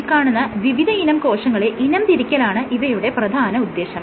ഈ കാണുന്ന വിവിധയിനം കോശങ്ങളെ ഇനം തിരിക്കലാണ് ഇവയുടെ പ്രധാനമായ ഉദ്ദേശം